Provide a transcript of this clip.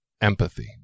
empathy